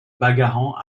bagarrant